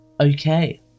Okay